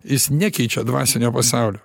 jis nekeičia dvasinio pasaulio